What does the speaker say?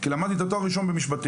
כי למדתי את התואר הראשון במשפטים,